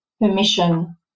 permission